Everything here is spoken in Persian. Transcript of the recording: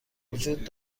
وجود